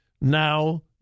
now